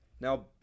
now